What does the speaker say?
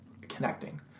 connecting